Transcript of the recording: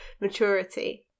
maturity